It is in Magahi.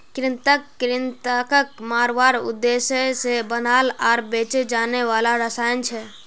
कृंतक कृन्तकक मारवार उद्देश्य से बनाल आर बेचे जाने वाला रसायन छे